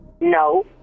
No